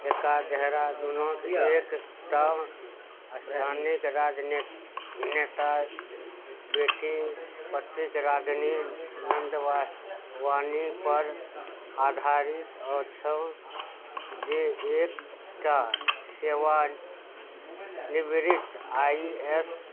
एका देहरादूनके एक टा स्थानीय राजनेता बेटी प्रतिक रागिनी नन्दवासनी वानीपर आधारित अछि जे एक टा सेवानिवृत्त आइ ए एस